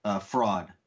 fraud